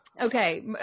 Okay